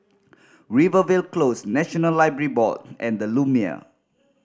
Rivervale Close National Library Board and The Lumiere